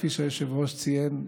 כפי שהיושב-ראש ציין,